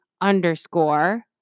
underscore